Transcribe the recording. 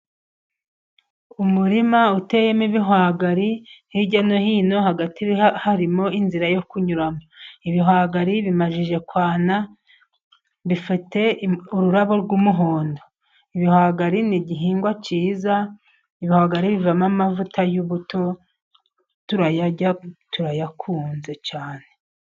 Umurima uteyemo ibihwagari hirya no hino, hagati harimo inzira yo kunyuramo, ibihwagari bimaze kwana bifite ururabo rw'umuhondo. Ibihwagari ni igihingwa cyiza ibihwagari bivamo amavuta y'ubuto turayarya turayakunda cyane.